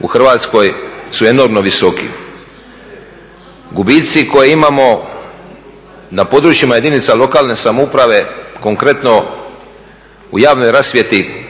u Hrvatskoj su enormno visoki. Gubici koje imamo na područjima jedinice lokalne samouprave konkretno u javnoj rasvjeti